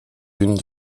unes